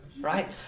right